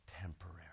temporary